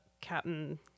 captain